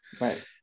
right